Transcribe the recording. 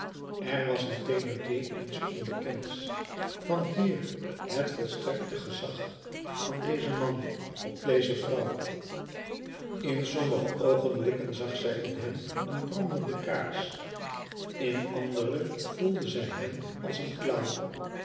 er was in thénardier iets onbekends vanhier het volstrekte gezag van dezen man op deze vrouw in sommige oogenblikken zag zij in hem een brandende kaars in andere voelde zij hem als een